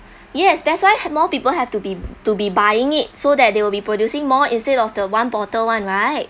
yes that's why ha~ more people have to be to be buying it so that they will be producing more instead of the one bottle [one] right